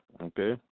okay